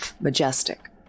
Majestic